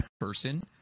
person